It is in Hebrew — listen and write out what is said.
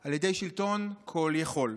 על ידי שלטון כל-יכול."